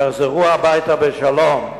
יחזרו הביתה בשלום.